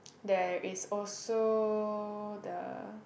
there is also the